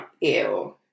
Ew